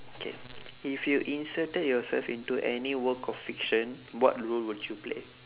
K if you inserted yourself into any work of fiction what role would you play